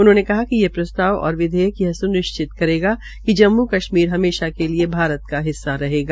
उन्होने कहा कि ये प्रस्ताव और विधेयक यह सुनिश्चित करेगा कि जम्मु कश्मीर हमेशा के लिये भारत का हिस्सा रहेगा